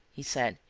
he said,